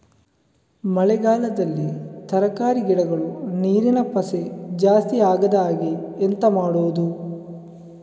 ಮಳೆಗಾಲದಲ್ಲಿ ತರಕಾರಿ ಗಿಡಗಳು ನೀರಿನ ಪಸೆ ಜಾಸ್ತಿ ಆಗದಹಾಗೆ ಎಂತ ಮಾಡುದು?